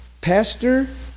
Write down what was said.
Pastor